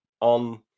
on